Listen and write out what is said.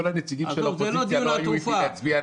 כל הנציגים של האופוזיציה לא היו איתי להצביע נגד.